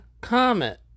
Comet